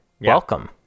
welcome